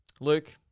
Luke